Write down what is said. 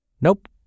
Nope